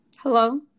hello